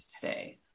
today